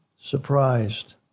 surprised